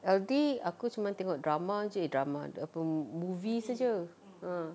L_D aku cuma tengok drama jer eh drama apa movies saja ah